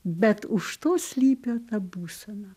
bet už to slypi ta būsena